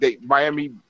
Miami